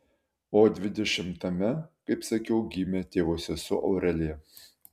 o dvidešimtame kaip sakiau gimė tėvo sesuo aurelija